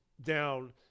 down